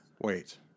wait